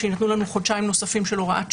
שיינתנו לנו חודשיים נוספים של הוראת שעה,